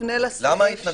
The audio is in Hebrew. למה ההתנגדות?